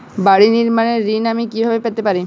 বাড়ি নির্মাণের ঋণ আমি কিভাবে পেতে পারি?